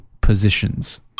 positions